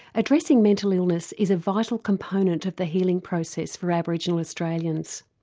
addressing mental illness is a vital component of the healing process for aboriginal australians.